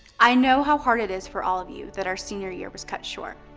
i know how hard it is for all of you that our senior year was cut short.